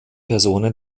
personen